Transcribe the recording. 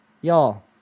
y'all